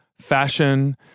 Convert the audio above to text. fashion